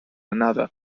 another